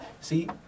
See